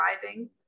driving